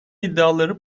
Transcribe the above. iddiaları